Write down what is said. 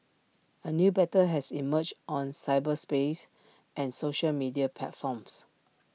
A new battle has emerged on cyberspace and social media platforms